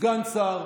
סגן שר,